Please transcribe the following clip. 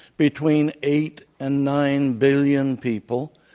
between eight and nine billion people.